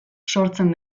sortzen